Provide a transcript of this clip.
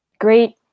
great